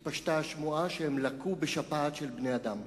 התפשטה השמועה שהם לקו בשפעת של בני-אדם.